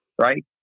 right